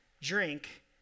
drink